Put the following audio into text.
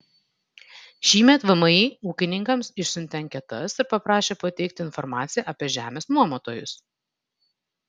šįmet vmi ūkininkams išsiuntė anketas ir paprašė pateikti informaciją apie žemės nuomotojus